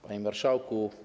Panie Marszałku!